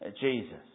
Jesus